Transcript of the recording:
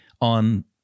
on